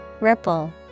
ripple